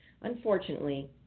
Unfortunately